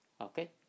okay